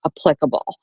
Applicable